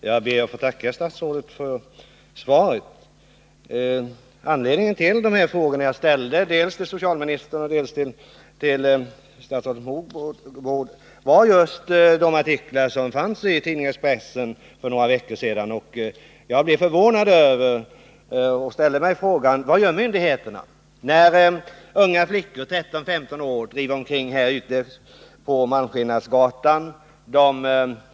Herr talman! Jag ber att få tacka statsrådet för svaret. Anledningen till att jag har ställt dessa frågor dels till socialministern, dels till statsrådet Mogård var de artiklar som för några veckor sedan fanns i tidningen Expressen. Jag blev förvånad över den bild som där redovisades och frågade mig: Vad gör myndigheterna, när unga flickor på 13-15 år skolkar från skolan och driver omkring på Malmskillnadsgatan?